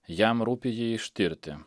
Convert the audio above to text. jam rūpi jį ištirti